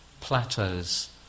plateaus